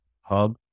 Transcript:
hub